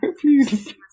please